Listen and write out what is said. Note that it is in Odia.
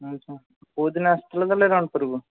ଆଛା କେଉଁଦିନ ଆସୁଥିଲ ତାହାଲେ ରଣପୁରକୁ